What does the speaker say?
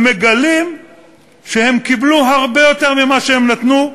הם מגלים שהם קיבלו הרבה יותר ממה שהם נתנו,